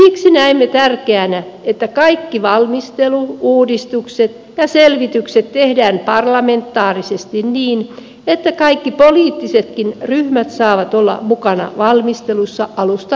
siksi näemme tärkeäksi että kaikki valmistelu uudistukset ja selvitykset tehdään parlamentaarisesti niin että kaikki poliittisetkin ryhmät saavat olla mukana valmistelussa alusta